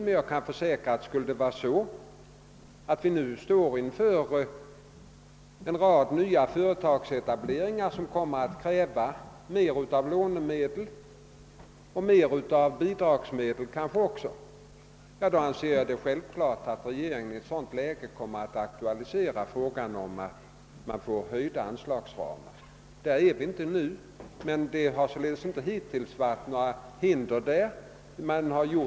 Men jag kan försäkra att om vi nu stod inför en rad nya företagsetableringar som krävde mer av lånemedel, kanske också av bidragsmedel, så skulle jag anse det självklart att regeringen aktualiserade frågan om att höja anslagsramarna. Men hittills har det inte förelegat några hinder i det avseendet.